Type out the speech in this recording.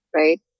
right